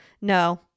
No